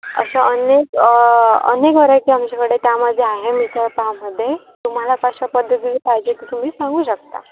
अशा अनेक अनेक व्हरायटी आमच्याकडे त्यामध्ये आहे मिसळपावमध्ये तुम्हाला कशा पद्धतीने पाहिजे ते तुम्ही सांगू शकता